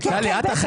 אני אענה.